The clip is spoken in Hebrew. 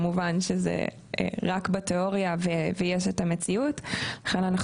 כמובן שזה רק בתיאוריה ויש את המציאות ולכן אנחנו